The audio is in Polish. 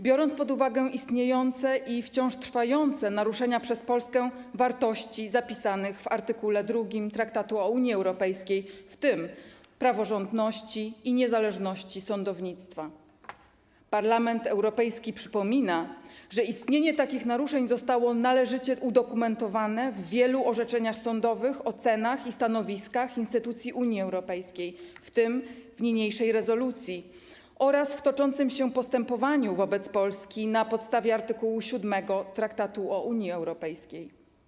Biorąc pod uwagę istniejące i wciąż trwające naruszenia przez Polskę wartości zapisanych w art. 2 Traktatu o Unii Europejskiej, w tym praworządności i niezależności sądownictwa, Parlament Europejski przypomina, że istnienie takich naruszeń zostało należycie udokumentowane w wielu orzeczeniach sądowych, ocenach i stanowiskach instytucji Unii Europejskiej, w tym w niniejszej rezolucji oraz w toczącym się postępowaniu wobec Polski na podstawie art. 7 Traktatu o Unii Europejskiej.